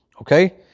Okay